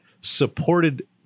supported